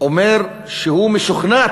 אומר שהוא משוכנע,